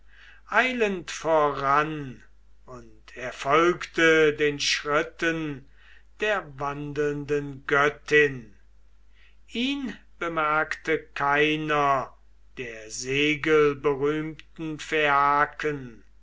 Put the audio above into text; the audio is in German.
eilend voran und er folgte den schritten der wandelnden göttin ihn bemerkte keiner der segelberühmten phaiaken